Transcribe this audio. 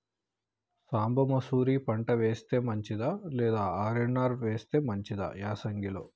సాంబ మషూరి పంట వేస్తే మంచిదా లేదా ఆర్.ఎన్.ఆర్ వేస్తే మంచిదా యాసంగి లో?